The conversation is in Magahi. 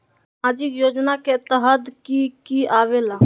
समाजिक योजना के तहद कि की आवे ला?